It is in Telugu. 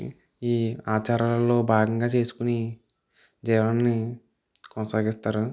ఈ ఆచారాలలో భాగంగా చేసుకుని జీవనాన్ని కొనసాగిస్తారు